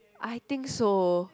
I think so